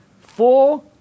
Four